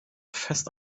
fest